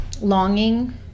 longing